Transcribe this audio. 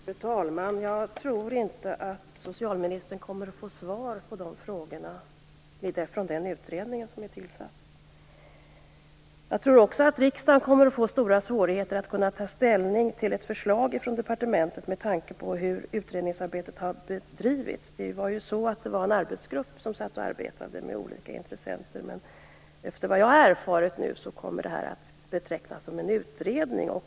Fru talman! Jag tror inte att socialministern kommer att få svar på dessa frågor från den utredning som är tillsatt. Jag tror också att riksdagen kommer att får stora svårigheter att ta ställning till ett förslag från departementet med tanke på hur utredningsarbetet har bedrivits. Det var ju en arbetsgrupp med olika intressenter som satt och arbetade, men efter vad jag nu har erfarit, kommer det här att betecknas som en utredning.